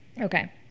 okay